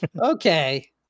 Okay